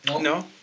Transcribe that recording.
No